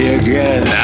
again